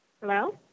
hello